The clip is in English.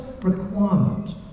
requirement